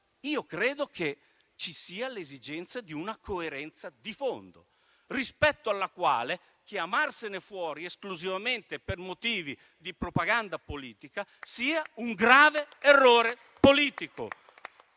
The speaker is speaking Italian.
Credo che ci sia l'esigenza di una coerenza di fondo, rispetto alla quale chiamarsi fuori esclusivamente per motivi di propaganda politica sia un grave errore politico.